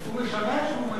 הוא משמש והוא מציג.